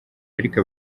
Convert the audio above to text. ariko